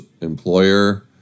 employer